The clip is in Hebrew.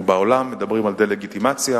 ובעולם מדברים על דה-לגיטימציה.